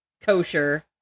kosher